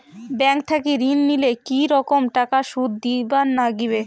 Bank থাকি ঋণ নিলে কি রকম টাকা সুদ দিবার নাগিবে?